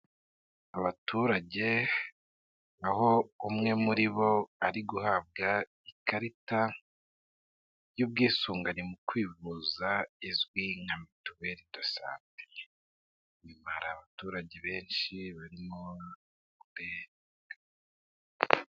Abaturage aho umwe muri bo ari guhabwa ikarita y'ubwisungane mu kwivuza izwi nka mituweri do sante, inyuma hari abaturage benshi barimo kureba.